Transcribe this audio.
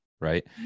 Right